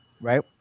right